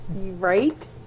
Right